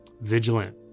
vigilant